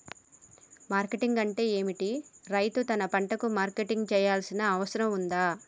Marketing అంటే ఏమిటి? రైతు తన పంటలకు మార్కెటింగ్ చేయాల్సిన అవసరం ఉందా?